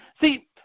see